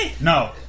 No